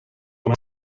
coma